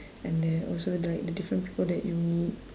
and then also like the different people that you meet